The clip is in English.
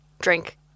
drink